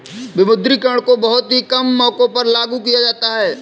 विमुद्रीकरण को बहुत ही कम मौकों पर लागू किया जाता है